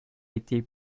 été